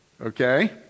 Okay